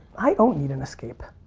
i don't need an escape.